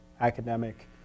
academic